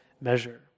measure